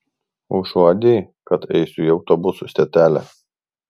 užuodei kad eisiu į autobusų stotelę